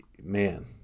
Man